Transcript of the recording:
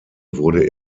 wurde